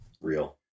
real